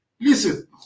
listen